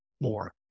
more